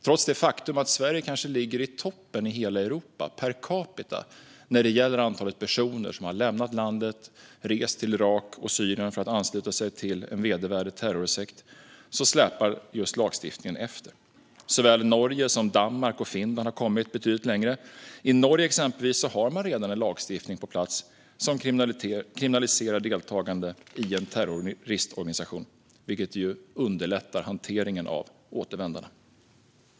Trots det faktum att Sverige kanske ligger i toppen i hela Europa per capita när det gäller antalet personer som har lämnat landet och rest till Irak och Syrien för att ansluta sig till en vedervärdig terrorsekt släpar lagstiftningen efter. Såväl Norge som Danmark och Finland har kommit betydligt längre. Exempelvis har man i Norge redan en lagstiftning på plats som kriminaliserar deltagande i en terrororganisation, vilket underlättar hanteringen av återvändarna.